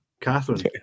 Catherine